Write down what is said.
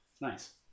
Nice